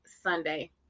Sunday